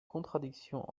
contradiction